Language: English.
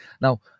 Now